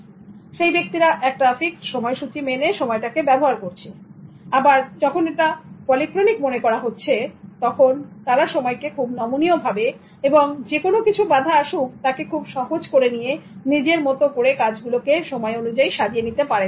তখন সেই ব্যক্তিরা একটা ফিক্সড সময়সূচী মেনে সময়টাকে ব্যবহার করছে যখন কেউ এটা পলিক্রনিক মনে করছে তখন তারা সময়কে খুব নমনীয় ভাবে এবং যেকোনো কিছু বাধা আসুক তাকে খুব সহজ করে নিয়ে নিজের মতন করে কাজগুলোকে সময় অনুযায়ী সাজিয়ে নিতে পারেন